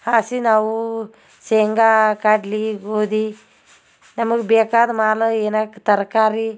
ಹಾಯ್ಸಿ ನಾವು ಶೇಂಗಾ ಕಡ್ಲೆ ಗೋಧಿ ನಮಗೆ ಬೇಕಾದ ಮಾಲು ಏನಕ್ಕೆ ತರಕಾರಿ